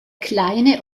kleine